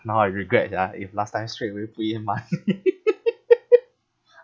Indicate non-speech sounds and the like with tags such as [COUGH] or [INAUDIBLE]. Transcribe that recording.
now I regret ya if last time straightaway put in money [LAUGHS]